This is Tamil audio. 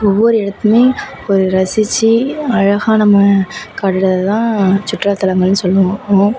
ஒவ்வொரு இடத்தையுமே ஒரு ரசித்து அழகாக நம்ம தான் சுற்றுலாத்தலங்கள்னு சொல்லணும்